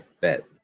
bet